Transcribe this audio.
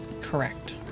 Correct